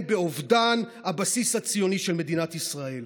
באובדן הבסיס הציוני של מדינת ישראל.